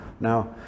Now